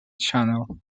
channel